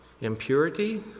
impurity